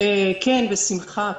בשמחה.